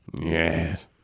Yes